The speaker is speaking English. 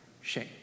shame